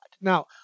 Now